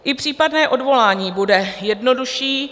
I případné odvolání bude jednodušší.